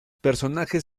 personajes